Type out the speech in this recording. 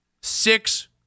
six